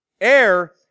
Air